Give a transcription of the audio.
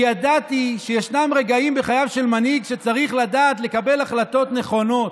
כי ידעתי שיש רגעים בחייו של מנהיג שצריך לדעת לקבל החלטות נכונות,